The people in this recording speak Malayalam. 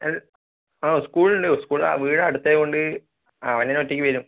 ഏഹ് ആ സ്കൂളുണ്ട് സ്കൂൾ വീട് അടുത്തായത് കൊണ്ട് അവൻ തന്നെ ഒറ്റയ്ക്ക് വരും